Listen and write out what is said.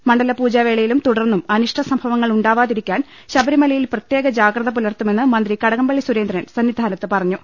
മണ്ഡലപൂജാവേളയിലും തുടർന്നും അനിഷ്ട സംഭ വങ്ങൾ ഉണ്ടാവാതിരിക്കാൻ ശബരിമലയിൽ പ്രത്യേക ജാഗ്രത പുലർത്തുമെന്ന് മന്ത്രി കടകംപള്ളി സുരേന്ദ്രേൻ സന്നിധാനത്ത് പറഞ്ഞു